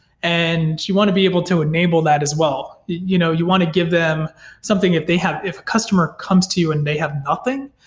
and you want to be able to enable that as well. you know you want to give them something, if they have if a customer comes to you and they have nothing,